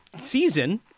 season